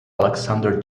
alexander